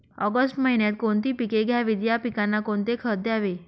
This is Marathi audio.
ऑगस्ट महिन्यात कोणती पिके घ्यावीत? या पिकांना कोणते खत द्यावे?